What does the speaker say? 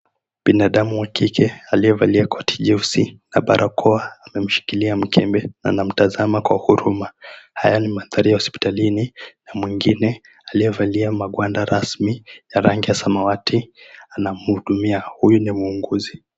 Binadamu wa kike aliyevalia koti jeusi na barakoa amemshikilia mkembe anamtazama kwa huruma. Haya ni mandhari ya hospitalini na mwingine aliyevalia magwanda rasmi ya rangi ya samawati anamhudumia. Huyu ni muuguzi.